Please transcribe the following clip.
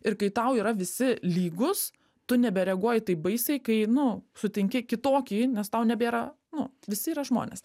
ir kai tau yra visi lygūs tu nebereaguoji taip baisiai kai nu sutinki kitokį nes tau nebėra nu visi yra žmonės